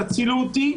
תצילו אותי,